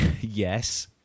Yes